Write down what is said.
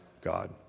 God